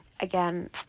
again